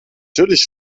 natürlich